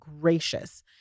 gracious